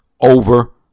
over